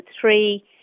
three